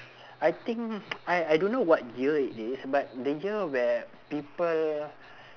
I think I I don't know what year it is but the year where people